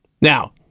Now